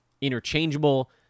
interchangeable